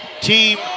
team